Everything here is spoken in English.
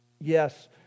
Yes